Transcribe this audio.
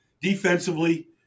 Defensively